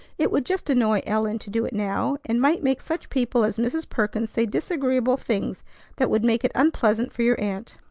it would just annoy ellen to do it now, and might make such people as mrs. perkins say disagreeable things that would make it unpleasant for your aunt.